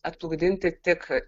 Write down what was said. atplukdinti tik